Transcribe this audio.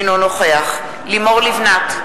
אינו נוכח לימור לבנת,